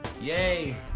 yay